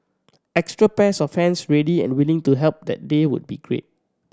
extra pairs of hands ready and willing to help that day would be great